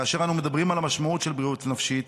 כאשר אנו מדברים על המשמעות של בריאות נפשית,